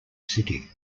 city